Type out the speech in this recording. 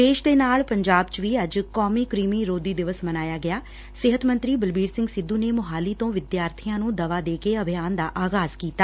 ਦੇਸ਼ ਦੇ ਨਾਲ ਪੰਜਾਬ ਚ ਵੀ ਅੱਜ ਕੌਮੀ ਕ੍ਰਿਮੀ ਰੋਧੀ ਦਿਵਸ ਮਨਾਇਆ ਗਿਆ ਸਿਹਤ ਮੰਤਰੀ ਬਲਬੀਰ ਸਿੰਘ ਸਿੱਧੁ ਨੇ ਮੁਹਾਲੀ ਤੋ ਵਿਦਿਆਰਬੀਆ ਨੇ ਦਵਾ ਦੇ ਕੇ ਅਭਿਆਨ ਦਾ ਆਗਾਜ਼ ਕੀਤਾ